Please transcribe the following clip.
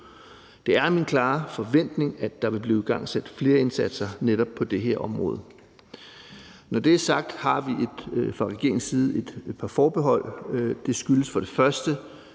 Det er min klare forventning, at der vil blive igangsat flere indsatser netop på det her område. Når det er sagt, har vi fra regeringens side et par forbehold. Det skyldes for det første,